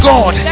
God